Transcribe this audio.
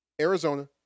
Arizona